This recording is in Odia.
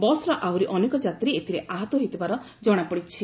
ବସ୍ର ଆହୁରି ଅନେକ ଯାତ୍ରୀ ଏଥିରେ ଆହତ ହୋଇଥିବାରୁ ଜଣାପଡ଼ିଛି